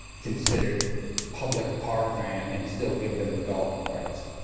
considered public parkland and still give them development rights.